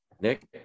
Nick